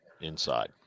inside